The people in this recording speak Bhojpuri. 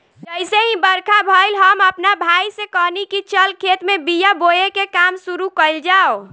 जइसे ही बरखा भईल, हम आपना भाई से कहनी की चल खेत में बिया बोवे के काम शुरू कईल जाव